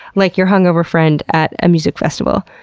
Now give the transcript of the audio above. like your hungover friend at a music festival.